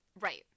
Right